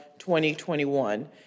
2021